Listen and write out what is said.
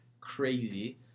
crazy